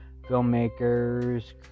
filmmakers